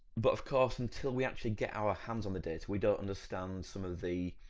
but of course until we actually get our hands on the data we don't understand some of the,